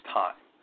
time